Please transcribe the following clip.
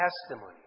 testimony